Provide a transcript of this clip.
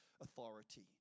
authority